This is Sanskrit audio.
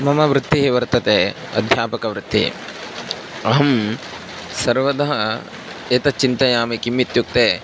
मम वृत्तिः वर्तते अध्यापकवृत्तिः अहं सर्वदा एतत् चिन्तयामि किम् इत्युक्ते